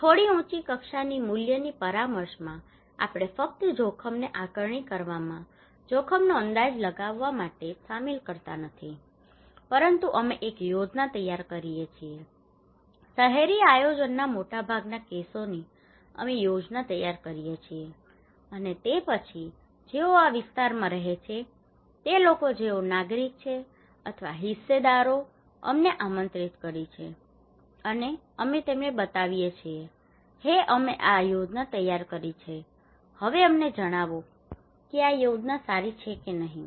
થોડી ઉંચી કક્ષાની મૂલ્યની પરામર્શમાં આપણે ફક્ત જોખમને આકારણી કરવામાં જોખમનો અંદાજ લગાવવા માટે જ શામેલ કરતા નથી પરંતુ અમે એક યોજના તૈયાર કરીએ છીએ શહેરી આયોજનના મોટાભાગના કેસોની અમે યોજના તૈયાર કરીએ છીએ અને તે પછી જેઓ આ વિસ્તારમાં રહે છે તે લોકો કે જેઓ નાગરિક છે અથવા હિસ્સેદારો અમને આમંત્રિત કરી છે અને અમે તેમને બતાવીએ છીએ હેય અમે આ યોજના તૈયાર કરી છે હવે અમને જણાવો કે આ યોજના સારી છે કે નહીં